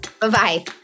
Bye-bye